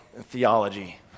theology